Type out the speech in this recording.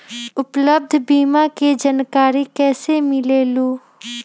उपलब्ध बीमा के जानकारी कैसे मिलेलु?